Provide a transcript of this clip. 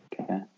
Okay